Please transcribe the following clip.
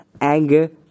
anger